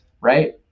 right